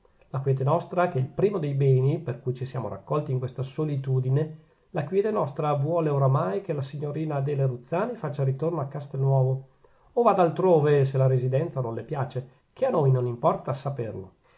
la quiete nostra che è il primo dei beni per cui ci siamo raccolti in questa solitudine la quiete nostra vuole oramai che la signorina adele ruzzani faccia ritorno a castelnuovo o vada altrove se la residenza non le piace che a noi non importa saperlo